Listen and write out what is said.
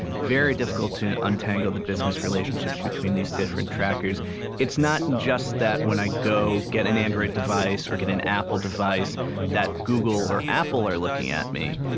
very difficult to untangle the business relationships between these different trackers it's not just that when i go get an android device or get an apple device that google or apple are looking at me.